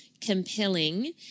Compelling